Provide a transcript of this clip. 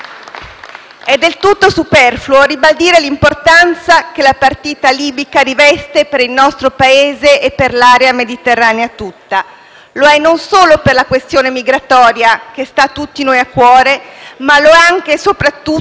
È del tutto superfluo ribadire l'importanza che la partita libica riveste per il nostro Paese e per l'area mediterranea tutta. Lo è non solo per la questione migratoria, che sta a cuore a tutti noi, ma anche e soprattutto